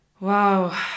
Wow